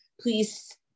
please